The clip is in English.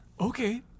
Okay